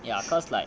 ya cause like